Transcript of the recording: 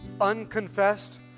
unconfessed